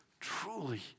truly